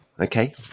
okay